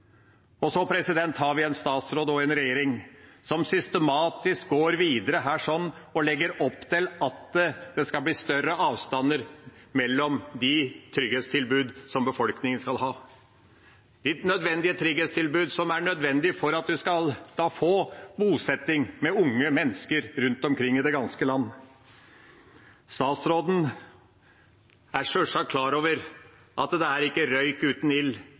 helse. Så har vi en statsråd og en regjering som systematisk går videre og legger opp til at det skal bli større avstander mellom de trygghetstilbud befolkningen skal ha – de trygghetstilbud som er nødvendige for at en skal få bosetting med unge mennesker rundt omkring i det ganske land. Statsråden er sjølsagt klar over at det er ingen røyk uten